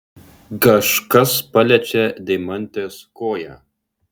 kažkas paliečia deimantės koją